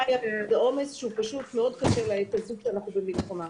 --- בעומס שהוא קשה מאוד בעת הזו כשאנחנו במלחמה.